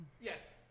Yes